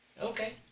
Okay